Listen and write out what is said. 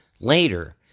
later